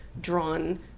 drawn